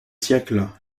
siècles